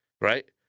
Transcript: right